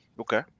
okay